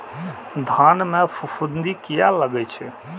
धान में फूफुंदी किया लगे छे?